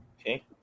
okay